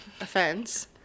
offense